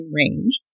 range